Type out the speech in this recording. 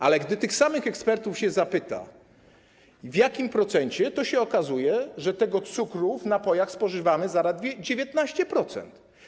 Ale gdy tych samych ekspertów się zapyta, w jakim procencie, to się okazuje, że tego cukru w napojach spożywamy zaledwie 19%.